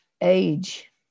age